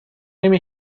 نمی